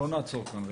איתן, בוא נעצור כאן.